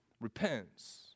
repents